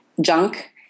junk